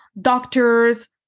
doctors